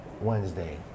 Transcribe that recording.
Wednesday